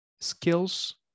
skills